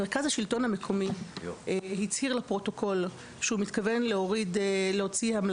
מרכז השלטון המקומי הצהיר לפרוטוקול שהוא מתכוון להוציא לכל